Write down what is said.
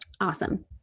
awesome